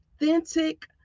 authentic